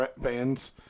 fans